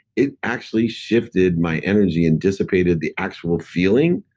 it actually shifted my energy and dissipated the actual feeling.